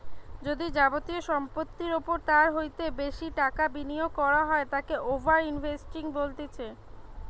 যদি যাবতীয় সম্পত্তির ওপর তার হইতে বেশি টাকা বিনিয়োগ করা হয় তাকে ওভার ইনভেস্টিং বলতিছে